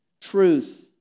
Truth